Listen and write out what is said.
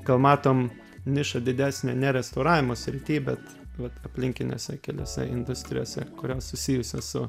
kol matom nišą didesnę ne restauravimo srity bet vat aplinkinėse keliose industrijose kurios susijusios su